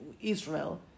Israel